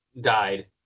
died